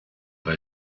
bei